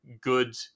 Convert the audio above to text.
good